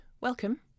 Welcome